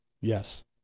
Yes